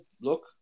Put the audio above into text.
look